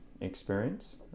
experience